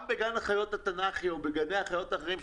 גם בגן החיות התנ"כי או בגני החיות האחרים,